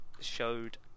showed